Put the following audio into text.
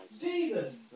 Jesus